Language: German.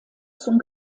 zum